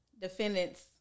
defendant's